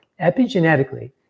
Epigenetically